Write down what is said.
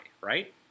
right